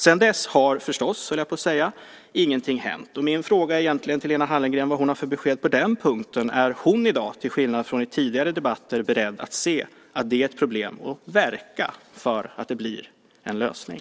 Sedan dess har förstås ingenting hänt. Min fråga till Lena Hallengren är om hon i dag, till skillnad från i tidigare debatter, är beredd att se att det är ett problem och verka för att det blir en lösning.